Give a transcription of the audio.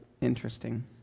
interesting